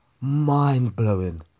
Mind-blowing